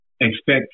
expect